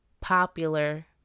popular